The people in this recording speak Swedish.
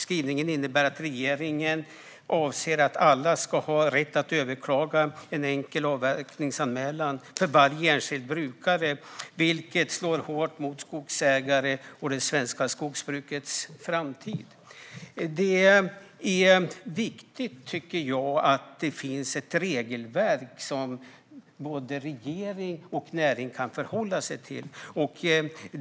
Skrivningen innebär att regeringen anser att alla ska ha rätt att överklaga en enkel avverkningsanmälan för varje enskild brukare, vilket slår hårt mot skogsägare och det svenska skogsbrukets framtid. Det är viktigt att det finns ett regelverk som både regeringen och näringen kan förhålla sig till.